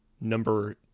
number